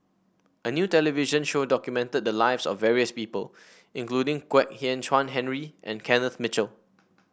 a new television show documented the lives of various people including Kwek Hian Chuan Henry and Kenneth Mitchell